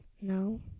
No